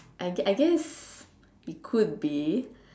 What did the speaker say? I I guess it could be